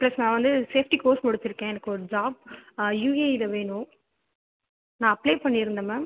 plus நான் வந்து safety course முடிச்சிருக்கேன் எனக்கு ஒரு ஜாப் யூஏஇவில வேணும் நான் அப்ளை பண்ணிருந்தேன் மேம்